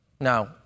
Now